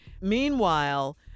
Meanwhile